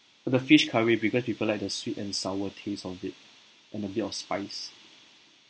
the fish curry because people like the sweet and sour taste of it and a bit of spice